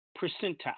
percentile